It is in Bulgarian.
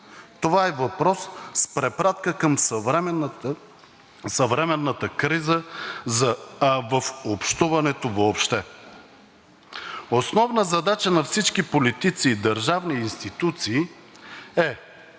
Това е въпрос с препратка към съвременната криза в общуването въобще. Основна задача на всички политици и държавни институции е